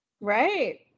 Right